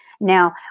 Now